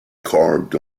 carved